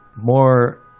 More